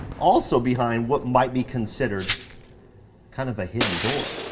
also behind what might be considered kind of a hidden door.